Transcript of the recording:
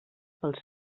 pel